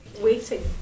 Waiting